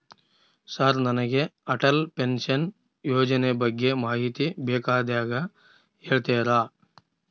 Sir ನನಗೆ Atal pension ಯೋಜನೆ ಬಗ್ಗೆ ಮಾಹಿತಿ ಬೇಕಾಗ್ಯದ ಹೇಳ್ತೇರಾ?